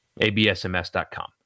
ABSMS.com